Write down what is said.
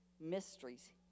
mysteries